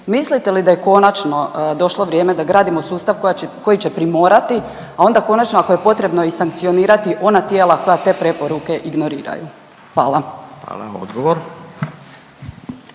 Mislite li da je konačno došlo vrijeme da gradimo sustav koji će primorati, a onda konačno, ako je potrebno i sankcionirati ona tijela koja te preporuke ignoriraju? Hvala. **Radin,